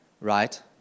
right